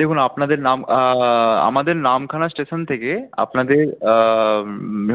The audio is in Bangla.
দেখুন আপনাদের নাম আমাদের নামখানা স্টেশন থেকে আপনাদের